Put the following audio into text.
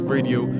Radio